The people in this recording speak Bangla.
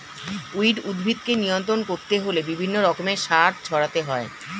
উইড উদ্ভিদকে নিয়ন্ত্রণ করতে হলে বিভিন্ন রকমের সার ছড়াতে হয়